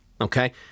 Okay